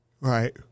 Right